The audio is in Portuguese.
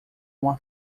uma